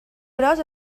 gros